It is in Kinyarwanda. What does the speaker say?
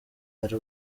hari